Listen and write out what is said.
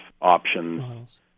options